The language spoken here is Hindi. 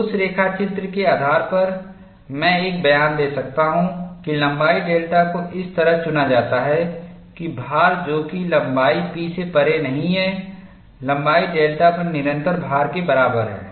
उस रेखाचित्रके आधार पर मैं एक बयान दे सकता हूं कि लंबाई डेल्टा को इस तरह चुना जाता है कि भार जो कि लंबाई P से परे नहीं है लंबाई डेल्टा पर निरंतर भार के बराबर है